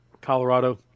Colorado